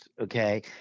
Okay